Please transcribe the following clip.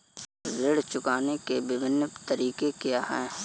ऋण चुकाने के विभिन्न तरीके क्या हैं?